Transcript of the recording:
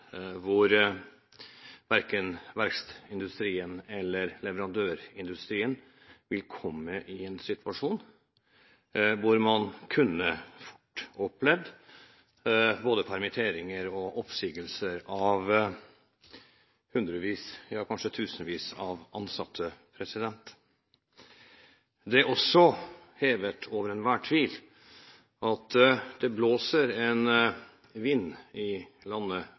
hvor man fort kunne opplevd både permitteringer og oppsigelser av hundrevis og kanskje tusenvis av ansatte. Det er også hevet over enhver tvil at det blåser en vind i landet,